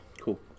Cool